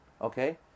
Okay